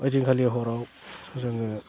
ओइदिनखालि हराव जोङो